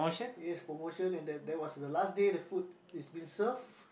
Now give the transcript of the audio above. yes promotion and that that was the last day the food is been served